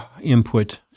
input